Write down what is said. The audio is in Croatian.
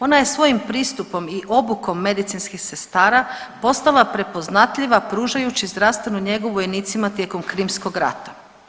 Ona je svojim pristupom i obukom medicinskih sestara postala prepoznatljiva pružajući zdravstvenu njegu vojnicima tijekom Krimskog rata.